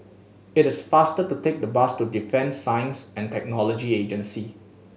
it is faster to take the bus to Defence Science And Technology Agency